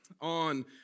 on